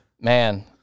Man